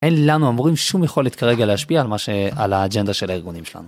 אין לנו המורים שום יכולת כרגע להשפיע על מה שעל האגנדה של הארגונים שלנו.